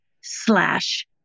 slash